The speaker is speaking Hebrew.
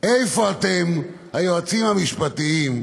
איפה אתם, היועצים המשפטיים,